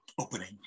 opening